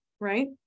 right